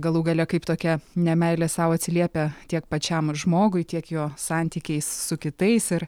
galų gale kaip tokia ne meilė sau atsiliepia tiek pačiam žmogui tiek jo santykiai su kitais ir